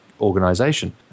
organization